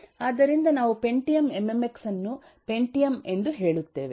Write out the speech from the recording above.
ಆದ್ದರಿಂದ ನಾವು Pentium MMX ಅನ್ನು ಪೆಂಟಿಯಮ್ ಎಂದು ಹೇಳುತ್ತೇವೆ